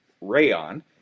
Rayon